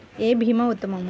ఏ భీమా ఉత్తమము?